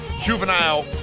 juvenile